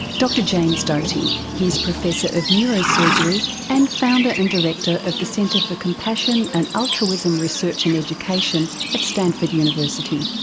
dr james doty he's professor of neurosurgery and founder and director of the center of compassion and altruism research and education at stanford university.